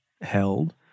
held